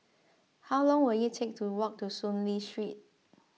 how long will it take to walk to Soon Lee Street